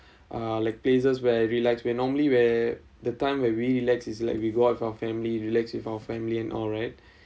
uh like places where I relax where normally where the time where we relax is like we go out with our family relax with our family and all right